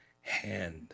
hand